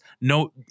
No